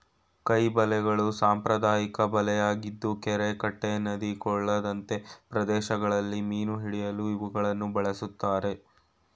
ಕೈ ಬಲೆಗಳು ಸಾಂಪ್ರದಾಯಿಕ ಬಲೆಯಾಗಿದ್ದು ಕೆರೆ ಕಟ್ಟೆ ನದಿ ಕೊಳದಂತೆ ಪ್ರದೇಶಗಳಲ್ಲಿ ಮೀನು ಹಿಡಿಯಲು ಇವುಗಳನ್ನು ಬಳ್ಸತ್ತರೆ